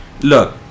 look